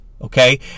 Okay